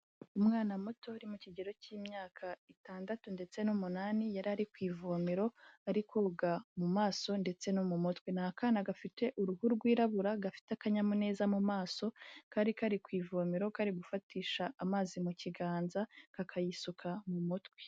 Umwana muto uri mu kigero cy'imyaka itandatu ndetse n'umunani yari ari ku ivomero ari koga mu maso ndetse no mu mutwe, ni akana gafite uruhu rwirabura gafite akanyamuneza mu maso, kari kari ku vomero kari gufatisha amazi mu kiganza kakayisuka mu mutwe.